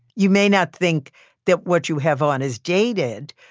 you may not think that what you have on is dated,